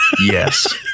yes